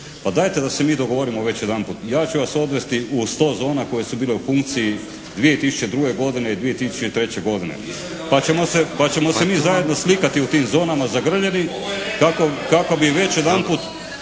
pa dajte da se mi dogovorimo već jedanput. Ja ću vas odvesti u sto zona koje su bile u funkciji 2002. godine i 2003. godine pa ćemo se mi zajedno slikati u tim zonama zagrljeni kako bi već jedanput